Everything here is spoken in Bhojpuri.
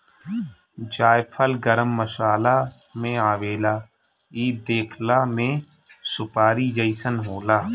जायफल गरम मसाला में आवेला इ देखला में सुपारी जइसन होला